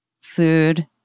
food